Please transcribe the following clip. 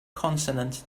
consonant